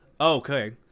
Okay